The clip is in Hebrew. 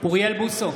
אוריאל בוסו,